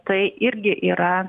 tai irgi yra